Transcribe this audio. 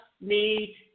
need